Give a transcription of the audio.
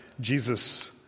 Jesus